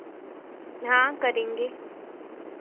हाँ करेंगे